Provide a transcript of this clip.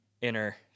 inner